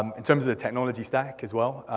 um in terms of the technology stack as well,